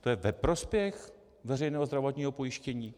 To je ve prospěch veřejného zdravotního pojištění?